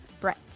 Brett